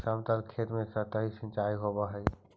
समतल खेत में सतही सिंचाई होवऽ हइ